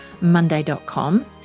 monday.com